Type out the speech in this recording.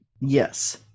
Yes